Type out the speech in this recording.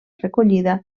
recollida